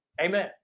Amen